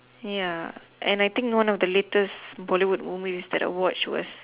ya and I think one of the latest Bollywood movies that I watched was